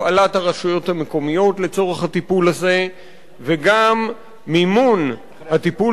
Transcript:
הפעלת הרשויות המקומיות לצורך הטיפול הזה וגם מימון הטיפול